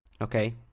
Okay